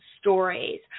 stories